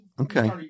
Okay